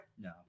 No